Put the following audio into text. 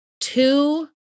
Two